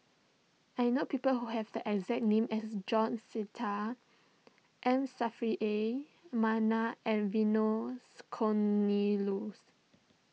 I know people who have the exact name as George Sita M Saffri A Manaf and Vernon's Cornelius